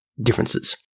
differences